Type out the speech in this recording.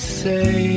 say